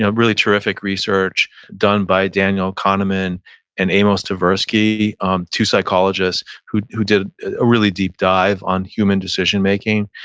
ah really terrific research done by daniel kahneman and amos tversky. um two psychologists who who did a really deep dive on human decision making.